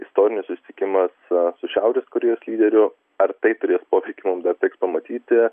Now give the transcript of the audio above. istorinis susitikimas su šiaurės korėjos lyderiu ar tai turės poveikį mums dar teks pamatyti